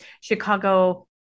Chicago